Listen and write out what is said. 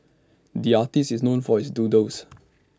the artist is known for his doodles